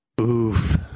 Oof